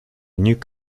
nus